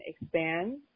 expand